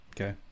Okay